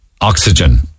oxygen